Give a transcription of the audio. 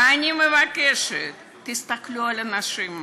ואני מבקשת, תסתכלו על האנשים האלה,